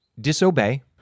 disobey